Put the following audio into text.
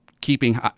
keeping